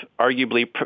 arguably